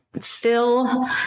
fill